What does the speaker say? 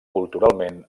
culturalment